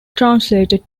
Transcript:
translated